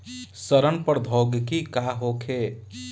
सड़न प्रधौगकी का होखे?